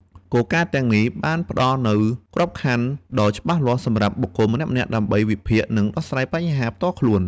គោលការណ៍ទាំងនេះបានផ្ដល់នូវក្របខណ្ឌដ៏ច្បាស់លាស់សម្រាប់បុគ្គលម្នាក់ៗដើម្បីវិភាគ និងដោះស្រាយបញ្ហាផ្ទាល់ខ្លួន។